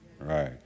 Right